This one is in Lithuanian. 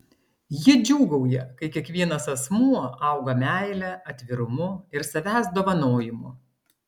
ji džiūgauja kai kiekvienas asmuo auga meile atvirumu ir savęs dovanojimu